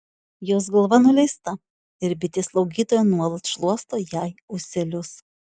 jos galva nuleista ir bitė slaugytoja nuolat šluosto jai ūselius